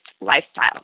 lifestyle